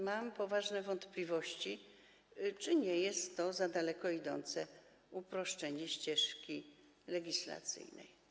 Mam poważne wątpliwości, czy nie jest to za daleko idące uproszczenie ścieżki legislacyjnej.